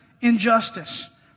injustice